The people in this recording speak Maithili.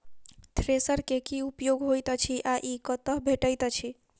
थ्रेसर केँ की उपयोग होइत अछि आ ई कतह भेटइत अछि?